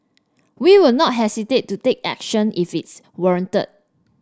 we will not hesitate to take action if it's warranted